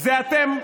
זה אתם,